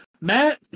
Matt –